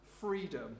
freedom